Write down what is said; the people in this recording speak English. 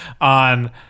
on